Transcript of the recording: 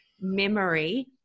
memory